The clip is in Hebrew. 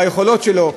ביכולת שלו.